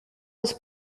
was